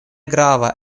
grava